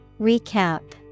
Recap